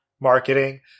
marketing